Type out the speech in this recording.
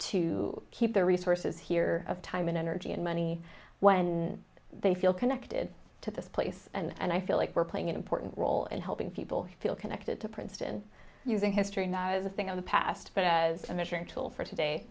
to keep the resources here of time and energy and money when they feel connected to this place and i feel like we're playing an important role in helping people feel connected to princeton using history not as the thing of the past but as a measuring tool for today